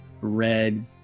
red